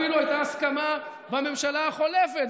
אפילו הייתה הסכמה בממשלה החולפת,